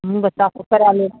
हूँ बच्चाके करय लेब